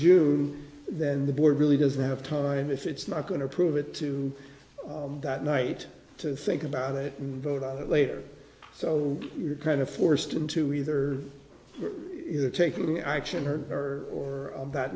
june then the board really doesn't have time if it's not going to prove it to that night to think about it and vote on it later so you're kind of forced into either taking action or or or that